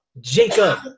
Jacob